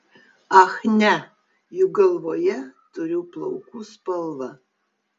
ach ne juk galvoje turiu plaukų spalvą